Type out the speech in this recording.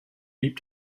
blieb